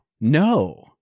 No